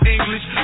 English